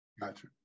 Gotcha